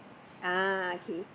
ah okay